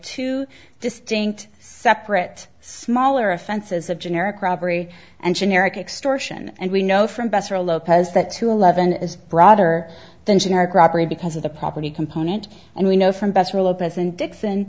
two distinct separate smaller offenses a generic robbery and generic extortion and we know from besser lopez that two eleven is broader than generic robbery because of the property component and we know from